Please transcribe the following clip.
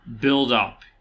build-up